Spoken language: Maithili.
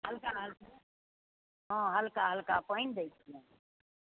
हलका हलका हाँ हलका हलका पानि दै छिअनि